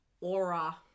aura